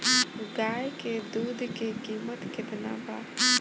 गाय के दूध के कीमत केतना बा?